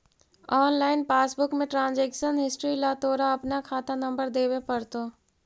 online passbook में transaction history ला तोरा अपना खाता नंबर देवे पडतो